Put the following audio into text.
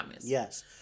Yes